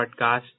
podcast